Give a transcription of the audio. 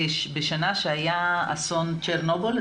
בשנה שהיה אסון צ'רנוביל,